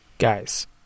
Guys